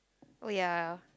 oh ya